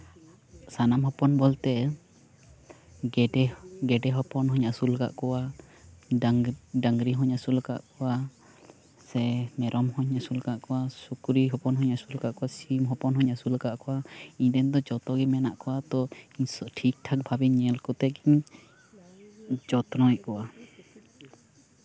ᱥᱟᱱᱟᱢ ᱦᱚᱯᱚᱱ ᱵᱚᱞᱛᱮ ᱜᱮᱰᱮ ᱜᱮᱰᱮ ᱦᱚᱯᱚᱱ ᱦᱚᱸᱧ ᱟᱹᱥᱩᱞ ᱠᱟᱜ ᱠᱚᱣᱟ ᱰᱟᱝᱨᱤ ᱰᱟᱝᱨᱤ ᱦᱚᱸᱧ ᱟᱹᱥᱩᱞ ᱠᱟᱜ ᱠᱚᱣᱟ ᱥᱮ ᱢᱮᱨᱚᱢ ᱦᱚᱸᱧ ᱟᱹᱥᱩᱞ ᱠᱟᱜ ᱠᱚᱣᱟ ᱥᱩᱠᱨᱤ ᱦᱚᱯᱚᱱ ᱦᱚᱸᱧ ᱟᱹᱥᱩᱞ ᱠᱟᱜ ᱠᱚᱣᱟ ᱥᱤᱢ ᱦᱚᱯᱚᱱ ᱦᱚᱸᱧ ᱟᱹᱥᱩᱞ ᱠᱟᱜ ᱠᱚᱣᱟ ᱤᱧ ᱨᱮᱱ ᱫᱚ ᱡᱚᱛᱚᱜᱮ ᱢᱮᱱᱟᱜ ᱠᱚᱣᱟ ᱛᱚ ᱴᱷᱤᱠ ᱵᱷᱟᱵᱮᱧ ᱧᱮᱞ ᱠᱚᱛᱮ ᱜᱮᱧ ᱡᱚᱛᱱᱚᱭᱮᱜ ᱠᱚᱣᱟ